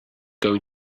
going